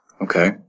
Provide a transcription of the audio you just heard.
Okay